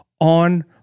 on